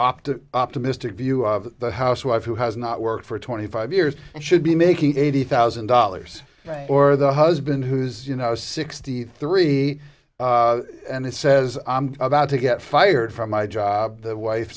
to optimistic view of the housewife who has not worked for twenty five years and should be making eighty thousand dollars for the husband who's you know sixty three and it says i'm about to get fired from my job the wife